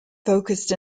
focused